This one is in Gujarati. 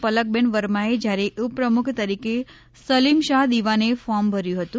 પલકબેન વર્માએ જ્યારે ઉપપ્રમુખ તરીકે સલીમશા દિવાને ફોર્મ ભર્યુ હતું